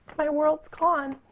my world's gone.